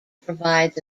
provides